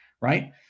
right